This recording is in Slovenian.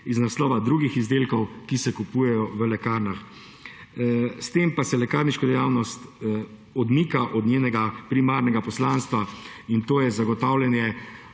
iz naslova drugih izdelkov, ki se kupujejo v lekarnah. S tem pa se lekarniško dejavnost odmika od njenega primarnega poslanstva, in to je zagotavljanje